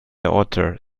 otter